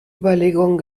überlegungen